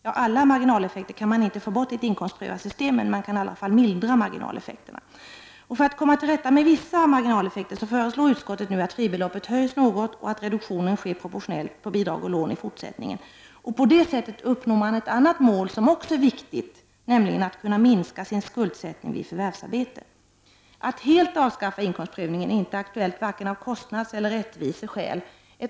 Ja, alla marginaleffekter kan man inte få bort i ett inkomstprövat system, men man kan i alla fall mildra marginaleffekterna. För att komma till rätta med vissa marginaleffekter föreslår utskottet att fribeloppet höjs något och att reduktionen sker proportionellt på bidrag och lån i fortsättningen. På det sättet uppnår man ett annat mål som också är viktigt, nämligen att studenterna kan minska sin skuldsättning vid förvärvsarbete. Att helt avskaffa inkomstprövningen är av såväl kostnadssom rättviseskäl inte aktuellt.